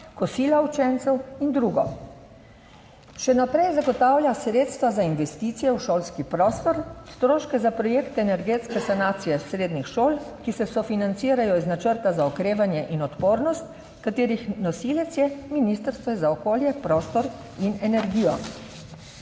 kosila učencev in drugo. Še naprej zagotavlja sredstva za investicije v šolski prostor, stroške za projekte energetske sanacije srednjih šol, ki se sofinancirajo iz načrta za okrevanje in odpornost, **66. TRAK: (SC) – 14.25** (nadaljevanje) katerih nosilec je Ministrstvo za okolje, prostor in energijo.